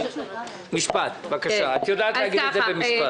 את יודעת להגיד את זה במשפט.